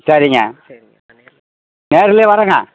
சரிங்க நேரிலையே வரோங்க